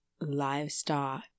livestock